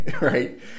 Right